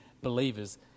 believers